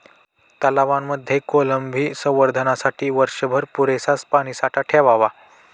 तलावांमध्ये कोळंबी संवर्धनासाठी वर्षभर पुरेसा पाणीसाठा ठेवावा